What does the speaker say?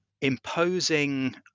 imposing